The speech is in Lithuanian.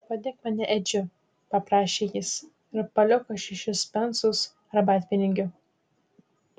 vadink mane edžiu paprašė jis ir paliko šešis pensus arbatpinigių